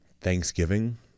Thanksgiving